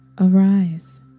arise